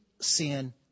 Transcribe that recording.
sin